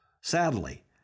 Sadly